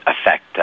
affect